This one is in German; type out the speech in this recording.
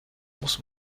muss